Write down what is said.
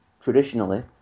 traditionally